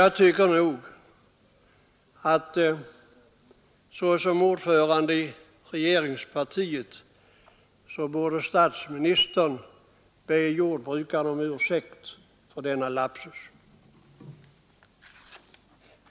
Jag tycker att såsom ordförande i regeringspartiet borde statsministern be jordbrukarna om ursäkt för denna lapsus.